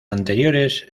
anteriores